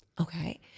Okay